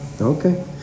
okay